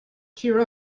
cheer